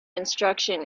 instruction